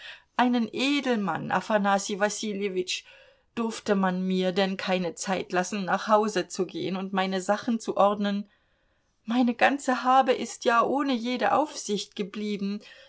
einen edelmann afanassij wassiljewitsch durfte man mir denn keine zeit lassen nach hause zu gehen und meine sachen zu ordnen meine ganze habe ist ja ohne jede aufsicht geblieben